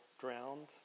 drowned